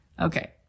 Okay